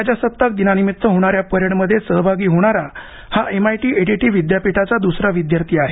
प्रजासत्ताक दिनानिमित्त होणाऱ्या परेडमध्ये सहभागी होणारा हा एमआयटी एडीटी विद्यापीठाचा दुसरा विद्यार्थी आहे